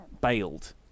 bailed